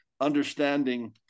understanding